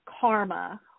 karma